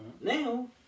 Now